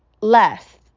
less